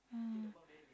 uh